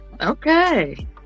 Okay